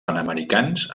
panamericans